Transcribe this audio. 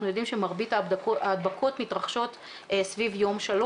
יודעים שמרבית ההדבקות מתרחשות סביב יום 3,